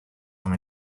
from